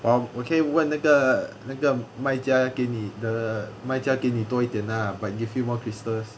um 我可以问那个那个卖家给你的卖家给你多一点 lah like give you more crystals